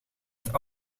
het